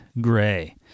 gray